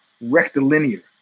rectilinear